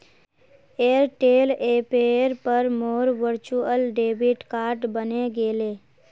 Airtel ऐपेर पर मोर वर्चुअल डेबिट कार्ड बने गेले